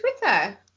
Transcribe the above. Twitter